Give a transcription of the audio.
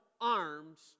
arms